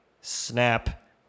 snap